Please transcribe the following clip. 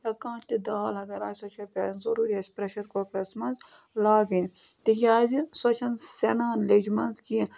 یا کانٛہہ تہِ دال اَگر آسہِ سۄ چھےٚ پٮ۪وان ضٔروٗری اَسہِ پرٛٮ۪شَر کُکرَس مَنٛز لاگٕنۍ تِکیٛازِ سۄ چھَنہٕ سٮ۪نان لیٚجہِ منٛز کیٚنٛہہ